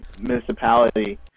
municipality